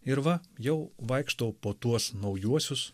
ir va jau vaikštau po tuos naujuosius